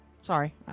Sorry